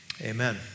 amen